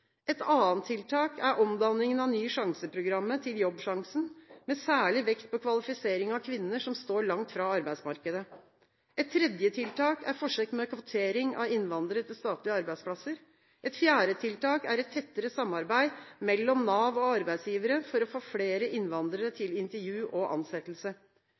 Et annet tiltak er omdanningen av Ny sjanse-programmet til Jobbsjansen, med særlig vekt på kvalifisering av kvinner som står langt fra arbeidsmarkedet. Et tredje tiltak er forsøk med kvotering av innvandrere til statlige arbeidsplasser. Et fjerde tiltak er et tettere samarbeid mellom Nav og arbeidsgivere for å få flere innvandrere til intervju og ansettelse.